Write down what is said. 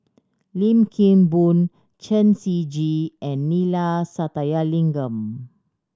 Lim Kim Boon Chen Shiji and Neila Sathyalingam